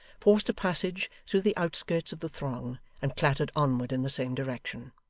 forced a passage through the outskirts of the throng, and clattered onward in the same direction.